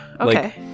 okay